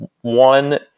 one